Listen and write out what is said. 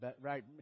Right